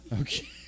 Okay